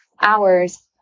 hours